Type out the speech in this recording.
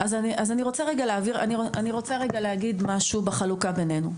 אז אני רוצה להגיד משהו לגבי החלוקה בנינו.